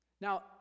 Now